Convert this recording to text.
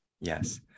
yes